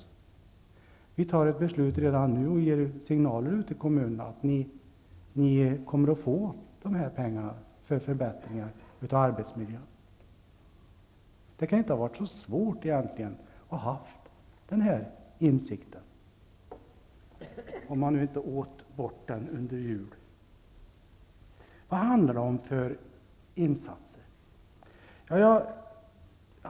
De kunde ha sagt: Vi fattar ett beslut redan nu och ger signaler till kommunerna att de kommer att få pengar för förbättringar av arbetsmiljöer. Det kunde inte ha varit så svårt att ha den insikten, om man nu inte åt bort den under julen. Vilka insatser handlar det då om?